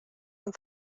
amb